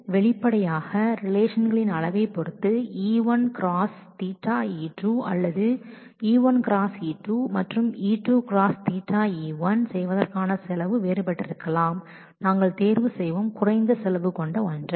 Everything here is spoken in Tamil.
வெளிப்படையாக obviously ரிலேஷன்களின் அளவைப் பொறுத்து E1 ⋈Ɵ E 2 அல்லது E1⋈ E2 மற்றும் E2 ⋈Ɵ E1 செய்வதற்கான செலவு வேறுபட்டிருக்கலாம் நாங்கள் தேர்வு செய்வோம் குறைந்த செலவு கொண்ட ஒன்றை